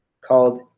called